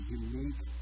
unique